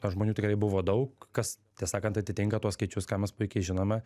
žmonių tikrai buvo daug kas tiesą sakant atitinka tuos skaičius ką mes puikiai žinome